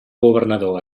governador